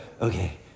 okay